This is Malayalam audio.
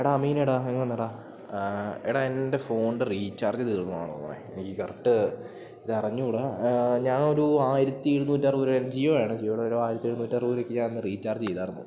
എടാ മീനേടാ ഇങ്ങ് വന്നെടാ എടാ എൻ്റെ ഫോണിൻ്റെ റീചാർജ് തീർന്നതാണോ എനിക്ക് കറക്റ്റ് ഇതറിഞ്ഞൂടാ ഞാൻ ഒരു ആയിരത്തി എഴുന്നൂറ്ററുപത് രൂപക്ക് ജിയോ ആണ് ജിയോടെ ഒരു ആയിരത്തി എഴുന്നൂറ്ററുപത് രൂപക്ക് ഞാൻ അന്ന് റീചാർജ് ചെയ്തായിരുന്നു